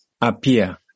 appear